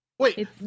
Wait